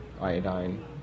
iodine